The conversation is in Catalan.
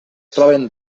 troben